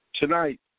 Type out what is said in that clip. Tonight